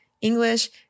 English